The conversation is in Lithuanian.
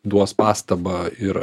duos pastabą ir